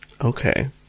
Okay